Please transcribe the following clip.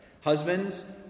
Husbands